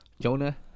Jonah